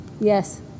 Yes